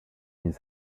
his